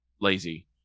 lazy